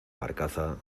barcaza